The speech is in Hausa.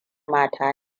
mata